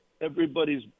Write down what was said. everybody's